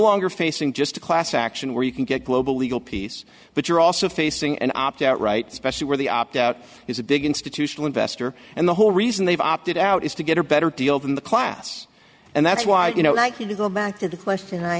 longer facing just a class action where you can get global legal peace but you're also facing an opt out right specially where the opt out is a big institutional investor and the whole reason they've opted out is to get a better deal from the class and that's why you know likely to go back to the question i